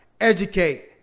educate